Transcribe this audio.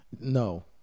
No